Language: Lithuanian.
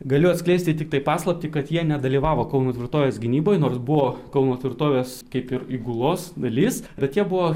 galiu atskleisti tiktai paslaptį kad jie nedalyvavo kauno tvirtovės gynyboje nors buvo kauno tvirtovės kaip ir įgulos dalis bet jie buvo